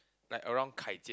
like around Kai-Jie